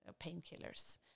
painkillers